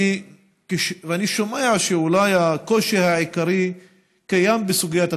אני שומע שאולי הקושי העיקרי הוא בסוגיית התקציב.